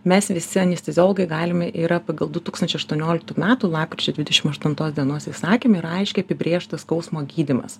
mes visi anisteziologai galimi yra pagal du tūkstančiai aštuonioliktų metų lapkričio dvidešim aštuntos dienos įsakyme yra aiškiai apibrėžtas skausmo gydymas